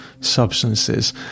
substances